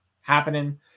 happening